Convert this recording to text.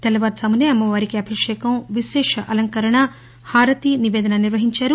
తెల్లవారుజామునే అమ్మ వారికి అభిషేకం విశేష అలంకరణ హారతి నిపేదన నిర్వహించారు